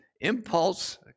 impulse